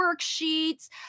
worksheets